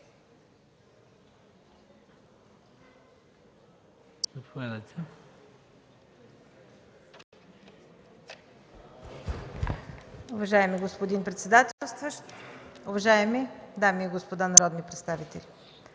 Уважаеми господин председател, уважаеми дами и господа народни представители!